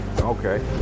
Okay